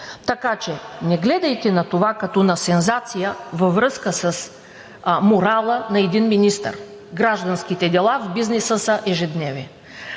Така че не гледайте на това като на сензация във връзка с морала на един министър. Гражданските дела в бизнеса са ежедневие.